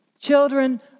children